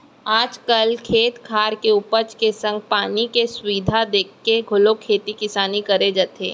आज काल खेत खार के उपज के संग पानी के सुबिधा देखके घलौ खेती किसानी करे जाथे